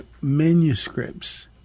manuscripts